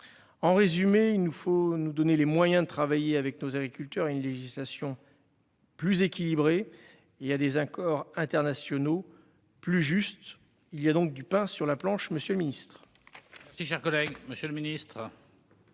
En résumé, il nous faut nous donner les moyens de travailler avec nos agriculteurs une législation. Plus équilibré. Il y a des accords internationaux plus juste il y a donc du pain sur la planche, Monsieur le Ministre.